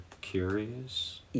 curious